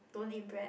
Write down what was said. don't eat bread